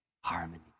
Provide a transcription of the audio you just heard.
harmony